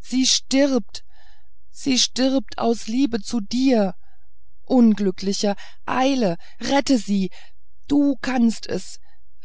sie stirbt sie stirbt aus liebe zu dir unglücklicher eile rette sie du kannst es